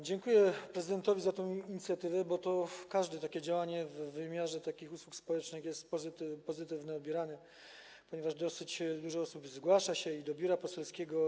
Dziękuję prezydentowi za tę inicjatywę, bo każde takie działanie w wymiarze usług społecznych jest pozytywnie odbierane, ponieważ dosyć dużo osób zgłasza się do biura poselskiego.